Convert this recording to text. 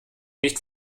nicht